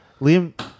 Liam